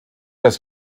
das